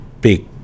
big